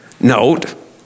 note